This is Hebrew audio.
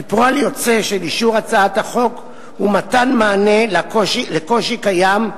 כי פועל יוצא של אישור הצעת החוק הוא מתן מענה לקושי קיים,